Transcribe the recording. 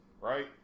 right